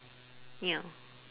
ya